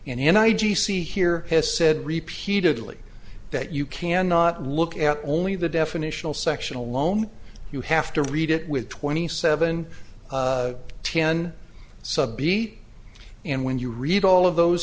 n n i g c here has said repeatedly that you cannot look at only the definitional section alone you have to read it with twenty seven ten subbie and when you read all of those